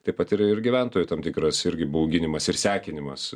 taip pat yra ir gyventojų tam tikras irgi bauginimas ir sekinimas